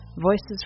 Voices